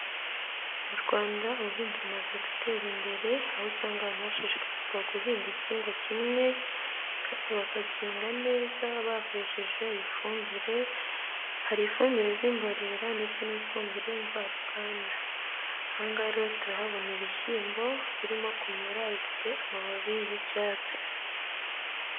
Mu rwanda ubuhinzi bumaze gutera imbere, aho usanga hashishikarizwa guhinga igihingwa kimwe kandi bakagendaga neza bakoresheje ifumbire, hari ifumbire z'imborera ndetse n'ifumbire mvaruganda, ahangaha rero turahabona ibishyimbo birimo kumera bifite amababi y'icyatsi.